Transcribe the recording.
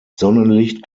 sonnenlicht